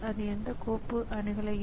அது இதனை மிகவும் கடினமாக்குகிறது